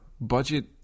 budget